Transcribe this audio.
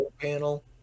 panel